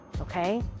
okay